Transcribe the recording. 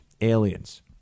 aliens